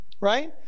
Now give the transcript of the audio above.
right